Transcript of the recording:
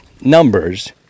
numbers